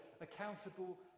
accountable